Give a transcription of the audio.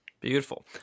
beautiful